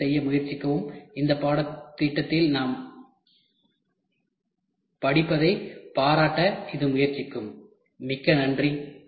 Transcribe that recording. தயவுசெய்து செய்ய முயற்சிக்கவும் இந்த பாடத்திட்டத்தில் நாம் படிப்பதைப் பாராட்ட இது முயற்சிக்கும் மிக்க நன்றி